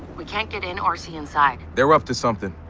we can't get in or see inside. they're up to something.